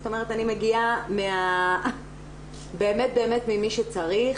זאת אומרת אני מגיעה באמת באמת ממי שצריך.